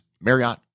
Marriott